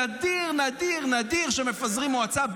נדיר נדיר נדיר שמפזרים מועצה,